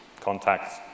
contacts